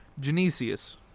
Genesius